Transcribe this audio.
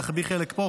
להחביא חלק פה,